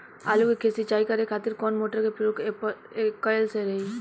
आलू के खेत सिंचाई करे के खातिर कौन मोटर के प्रयोग कएल सही होई?